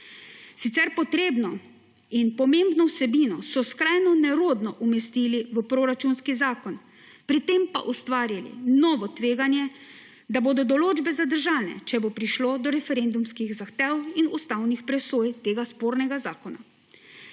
Sicer potrebno in pomembno vsebino so skrajno nerodno umestili v proračunski zakon, pri tem pa ustvarili novo tveganje, da bodo določbe zadržane, če bo prišlo do referendumskih zahtev in ustavnih presoj tega spornega zakona.